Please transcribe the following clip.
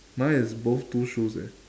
mine is both two shoes eh